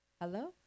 Hello